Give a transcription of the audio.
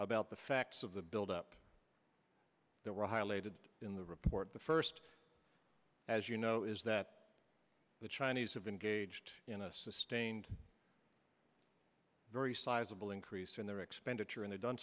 about the facts of the build up that were highlighted in the report the first as you know is that the chinese have engaged in a sustained very sizable increase in their expenditure and they've done